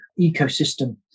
ecosystem